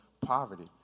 poverty